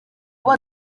kuba